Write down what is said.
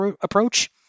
approach